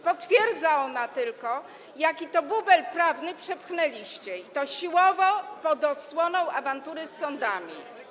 Potwierdza ona tylko, jaki to bubel prawny przepchnęliście, i to siłowo, pod osłoną awantury z sądami.